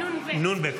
-- נ"ב.